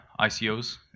ICOs